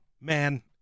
man